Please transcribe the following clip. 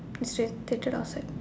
we can take it outside